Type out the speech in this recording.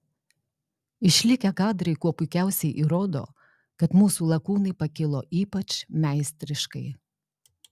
išlikę kadrai kuo puikiausiai įrodo kad mūsų lakūnai pakilo ypač meistriškai